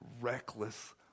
reckless